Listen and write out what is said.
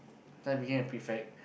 then I became a prefect